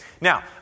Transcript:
Now